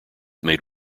made